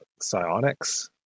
psionics